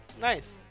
Nice